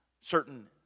certain